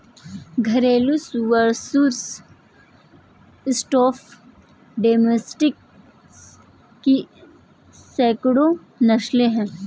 घरेलू सुअर Sus scrofa domesticus की सैकड़ों नस्लें हैं